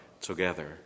Together